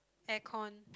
air con